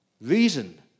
reason